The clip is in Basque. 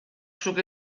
zuk